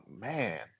Man